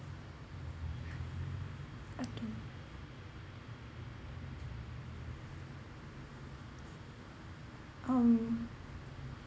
okay um